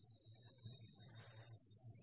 ठीक